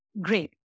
great